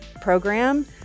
program